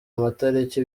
amatariki